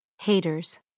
Haters